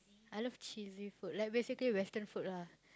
I love cheesy food like basically western food lah